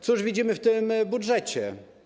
Cóż widzimy w tym budżecie?